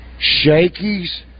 Shakey's